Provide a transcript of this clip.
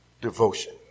devotion